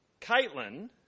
Caitlin